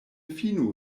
finu